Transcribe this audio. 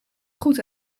goed